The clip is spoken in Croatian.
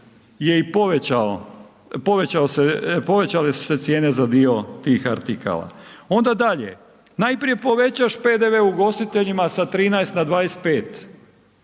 dapače povećale su se cijene za dio tih artikala. Onda dalje, najprije povećaš PDV ugostiteljima sa 13 na 25,